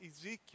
Ezekiel